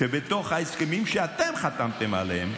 כשבתוך ההסכמים שאתם חתמתם עליהם,